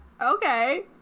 Okay